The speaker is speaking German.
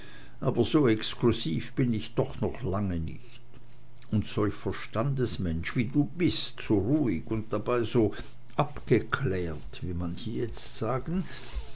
aber so exklusiv bin ich doch noch lange nicht und solch verstandesmensch wie du bist so ruhig und dabei so abgeklärt wie manche jetzt sagen